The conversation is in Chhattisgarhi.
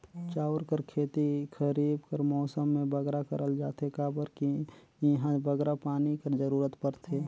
चाँउर कर खेती खरीब कर मउसम में बगरा करल जाथे काबर कि एम्हां बगरा पानी कर जरूरत परथे